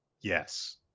Yes